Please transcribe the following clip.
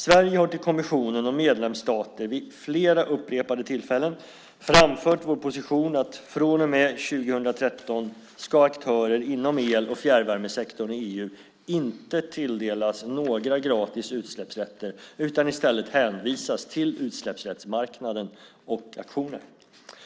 Sverige har till kommissionen och medlemsstater vid upprepade tillfällen framfört vår position att från och med 2013 ska aktörer inom el och fjärrvärmesektorn i EU inte tilldelas några gratis utsläppsrätter utan i stället hänvisas till utsläppsrättsmarknaden och auktioner.